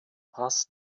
paz